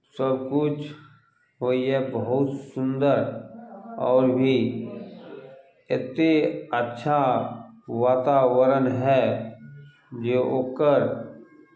सभकिछु होइए बहुत सुन्दर आओर भी एतेक अच्छा वातावरण हए जे ओकर